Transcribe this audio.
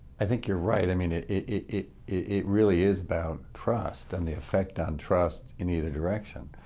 i think you're right. i mean, it it it really is about trust and the effect on trust in either direction,